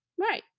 Right